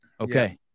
Okay